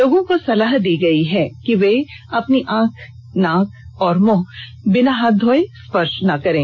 लोगों को सलाह दी गई है कि वे अपनी आंख नाक और मुंह को बिना हाथ धोये स्पर्श न करें